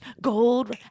gold